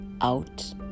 out